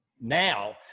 now